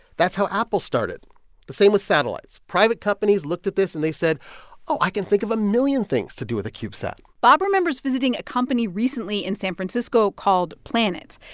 that's how apple started the same with satellites private companies looked at this, and they said oh, i can think of a million things to do with a cubesat bob remembers visiting a company recently in san francisco called planet.